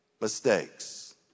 mistakes